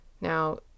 Now